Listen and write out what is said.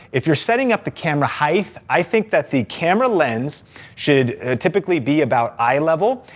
if you're setting up the camera height, i think that the camera lens should typically be about eye level.